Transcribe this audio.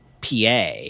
PA